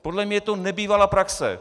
Podle mě je to nebývalá praxe.